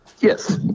Yes